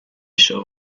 shaw